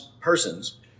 persons